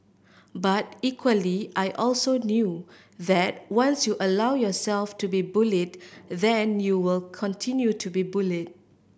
but equally I also knew that once you allow yourself to be bullied then you will continue to be bullied